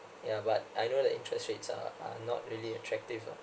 ya but I know the interest rates are are not really attractive ah